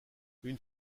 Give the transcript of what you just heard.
une